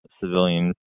civilian